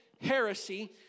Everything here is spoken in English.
heresy